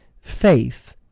faith